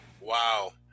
Wow